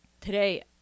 today